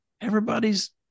everybody's